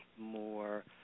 more